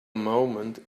moment